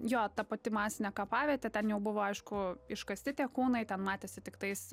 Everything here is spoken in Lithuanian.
jo ta pati masinė kapavietė ten jau buvo aišku iškasti tie kūnai ten matėsi tiktais